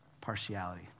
partiality